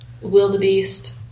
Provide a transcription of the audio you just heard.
Wildebeest